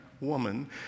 woman